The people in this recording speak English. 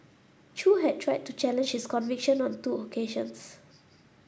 Chew had tried to challenge his conviction on two occasions